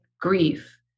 grief